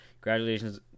Congratulations